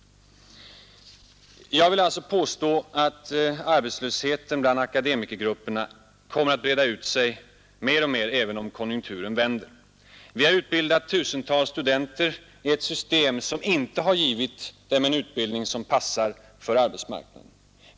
Jag vill alltså påstå att arbetslösheten bland akademikergrupperna kommer att breda ut sig mer och mer även om konjunkturen vänder. Vi har utbildat tusentals studenter i ett system som inte givit dem en utbildning som passar för arbetsmarknaden.